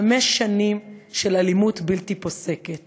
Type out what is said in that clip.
חמש שנים של אלימות בלתי פוסקת,